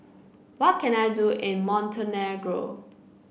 what can I do in Montenegro